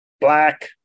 Black